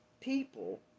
people